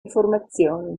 informazione